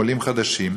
עולים חדשים,